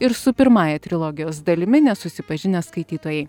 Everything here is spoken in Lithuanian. ir su pirmąja trilogijos dalimi nesusipažinę skaitytojai